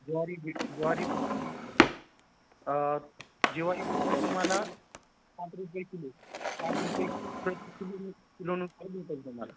ज्वारी भेटेल ज्वारी भेटेल ज्वारी भेटेल तुम्हाला सात रुपये किलो साठ रुपये किलो किलो किलोनुसार भेटेल तुम्हाला